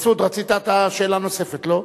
מסעוד, רצית אתה שאלה נוספת, לא?